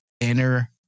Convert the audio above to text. inner